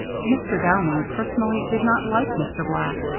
mr. downing, personally, did not like mr. black.